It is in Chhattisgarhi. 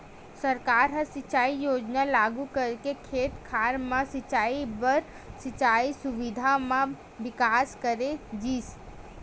सरकार ह सिंचई योजना लागू करके खेत खार म सिंचई बर सिंचई सुबिधा म बिकास करे गिस